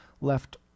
left